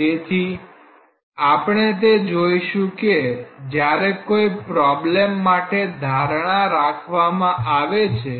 તેથી આપણે તે જોઇશું કે જ્યારે કોઈ પ્રોબ્લેમ માટે ધારણા રાખવામાં આવે છે